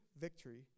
victory